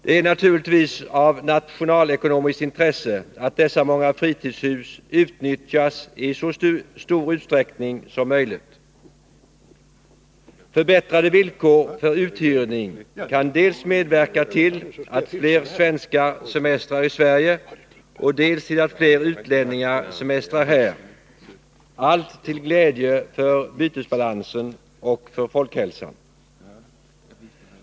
Det är naturligtvis av nationalekonomiskt intresse att dessa många fritidshus utnyttjas i så stor utsträckning som möjligt. Förbättrade villkor för uthyrning kan medverka till dels att fler svenskar semestrar i Sverige, dels att fler utlänningar semestrar här — allt till glädje för bytesbalansen och för folkhälsan.